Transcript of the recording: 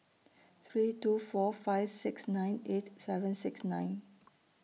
three two four five six nine eight seven six nine